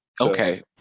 Okay